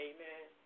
Amen